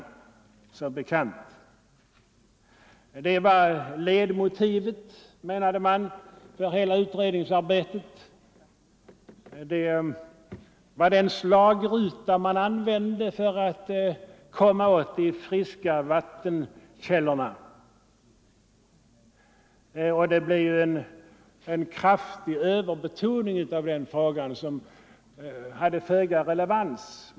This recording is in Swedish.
Religionsfriheten ansågs vara ledmotivet för hela utredningsarbetet, den slagruta man använde för att komma åt de friska vattenkällorna. Frågan gavs föga relevant en kraftig överbetoning.